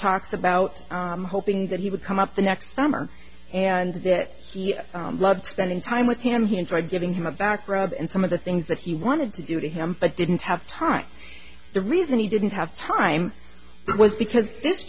talked about hoping that he would come up the next summer and that he loved spending time with him he enjoyed giving him a back rub and some of the things that he wanted to do to him but didn't have time the reason he didn't have time was because th